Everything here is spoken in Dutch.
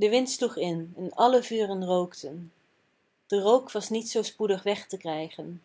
de wind sloeg in en alle vuren rookten de rook was niet zoo spoedig weg te krijgen